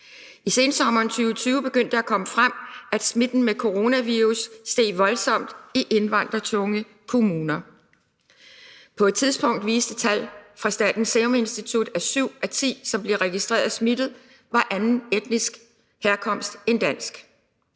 I sensommeren 2020 begyndte det at komme frem, at smitten med coronavirus steg voldsomt i indvandrertunge kommuner. På et tidspunkt viste tal fra Statens Serum Institut, at syv ud af ti, som bliver registreret smittet, havde anden etnisk herkomst end dansk.